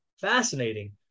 fascinating